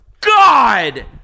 God